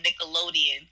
Nickelodeon